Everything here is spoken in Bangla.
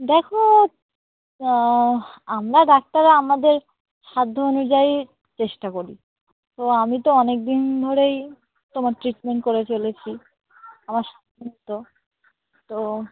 দেখো আমরা ডাক্তার আমাদের সাধ্য অনুযায়ী চেষ্টা করি তো আমি তো অনেক দিন ধরেই তোমার ট্রিটমেন্ট করে চলেছি আমার সাধ্য মতো তো